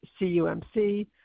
CUMC